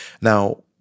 Now